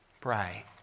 pray